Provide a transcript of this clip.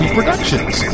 Productions